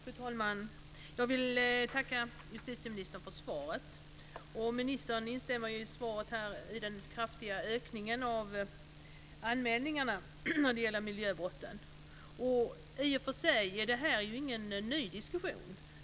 Fru talman! Jag vill tacka justitieministern för svaret. Ministern instämde i sitt svar angående den kraftiga ökningen av anmälningar av miljöbrott. Detta är i och för sig ingen ny diskussion.